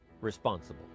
responsible